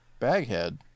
Baghead